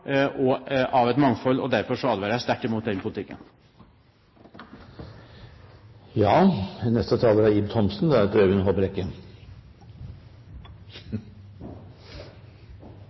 et mangfold. Derfor advarer jeg sterkt mot den politikken.